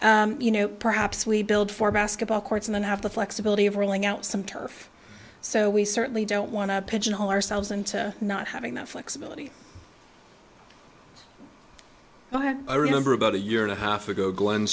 you know perhaps we build for a basketball court and then have the flexibility of rolling out some turf so we certainly don't want to pigeonhole ourselves into not having that flexibility but i remember about a year and a half ago glen